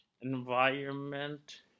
environment